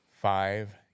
Five